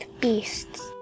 beasts